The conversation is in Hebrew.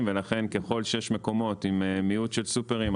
ולכן ככל שיש מקומות עם מיעוט של סופרים,